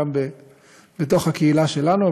גם בתוך הקהילה שלנו,